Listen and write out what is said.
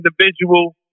individual